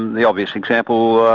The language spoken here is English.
the obvious example,